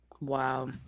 Wow